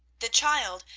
the child,